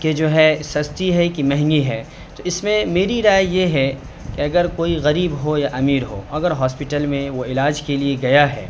کہ جو ہے سستی ہے کہ مہنگی ہے تو اس میں میری رائے یہ ہے کہ اگر کوئی غریب ہو یا امیر ہو اگر ہاسپٹل میں وہ علاج کے لیے گیا ہے